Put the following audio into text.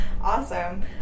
Awesome